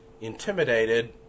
intimidated